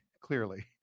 clearly